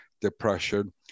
depression